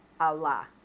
Allah